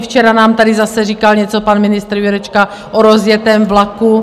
Včera nám tady zase říkal něco pan ministr Jurečka o rozjetém vlaku.